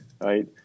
right